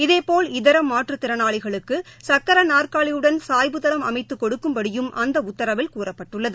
இதேபோல் இதரமாற்றுத்திறநாளிகளுக்குசக்கரநாற்காலியுடன் சாய்வுதளம் அமைத்துக் கொடுக்கும்படியும் அந்தஉத்தரவில் கூறப்பட்டுள்ளது